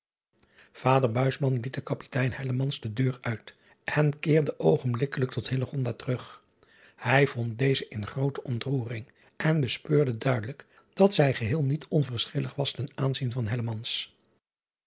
ader liet den apitein de deur uit en keerde oogenblikkelijk tot terug ij vond deze in groote ontroering en bespeurde duidelijk dat zij geheel niet onverschillig was ten aanzien van